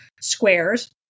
squares